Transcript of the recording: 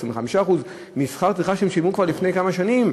25% משכר טרחה שהם שילמו כבר לפני כמה שנים,